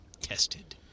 tested